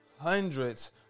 hundreds